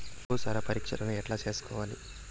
భూసార పరీక్షను ఎట్లా చేసుకోవాలి?